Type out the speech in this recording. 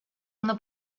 una